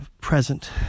present